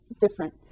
different